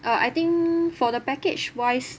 uh I think for the package wise